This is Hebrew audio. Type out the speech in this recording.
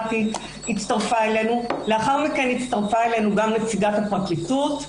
הצטרפה אלינו; לאחר מכן הצטרפה אלינו גם נציגת הפרקליטות,